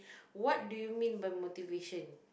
what do you mean by motivation